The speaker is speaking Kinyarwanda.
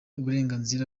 uburenganzira